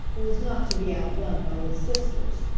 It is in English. who was not to be outdone by his sisters.